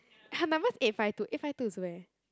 her number's eight five two eight five two is where